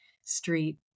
street